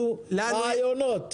תציע לנו רעיונות.